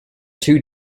two